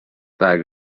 برگ